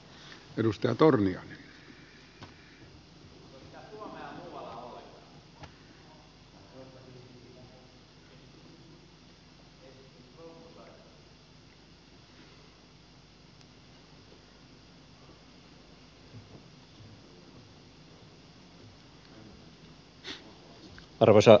arvoisa puhemies